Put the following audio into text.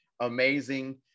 amazing